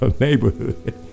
neighborhood